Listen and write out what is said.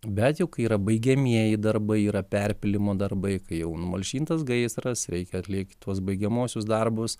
bet jau kai yra baigiamieji darbai yra perpylimo darbai kai jau numalšintas gaisras reikia atlikti tuos baigiamuosius darbus